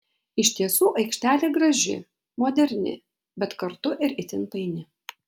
iš tiesų aikštelė graži moderni bet kartu ir itin paini